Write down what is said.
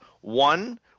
One